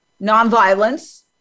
nonviolence